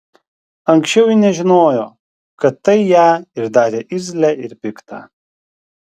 anksčiau ji nežinojo kad tai ją ir darė irzlią ir piktą